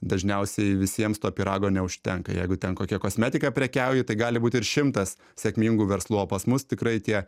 dažniausiai visiems to pyrago neužtenka jeigu ten kokia kosmetika prekiauj tai gali būt ir šimtas sėkmingų verslų o pas mus tikrai tie